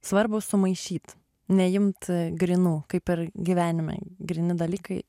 svarbu sumaišyt neimt grynų kaip ir gyvenime gryni dalykai